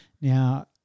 Now –